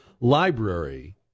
library